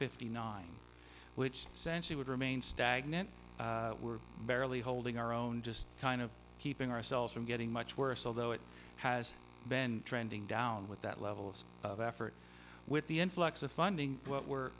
fifty nine which essentially would remain stagnant we're barely holding our own just kind of keeping ourselves from getting much worse although it has been trending down with that level of effort with the influx of funding what we're